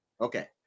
Okay